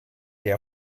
der